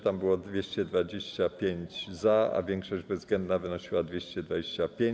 Tam było 225 za, a większość bezwzględna wynosiła 225.